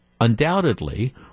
undoubtedly